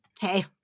Hey